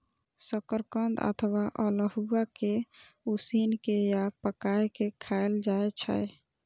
शकरकंद अथवा अल्हुआ कें उसिन के या पकाय के खायल जाए छै